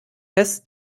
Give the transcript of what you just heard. tess